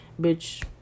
bitch